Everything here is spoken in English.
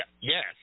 Yes